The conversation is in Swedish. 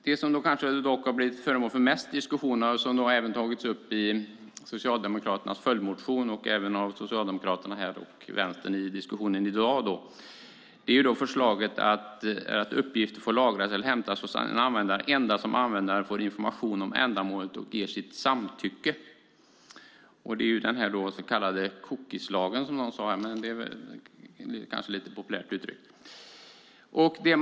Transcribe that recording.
Det som dock kanske har blivit föremål för mest diskussion och som även har tagits upp i Socialdemokraternas följdmotion samt av Socialdemokraterna och Vänstern i diskussionen i dag är förslaget att uppgifter ska få lagras eller hämtas hos en användare endast om användaren får information om ändamålet och ger sitt samtycke. Det är den så kallade cookieslagen, som någon sade här. Det är kanske lite populärt uttryckt.